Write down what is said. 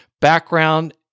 background